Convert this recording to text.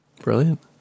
Brilliant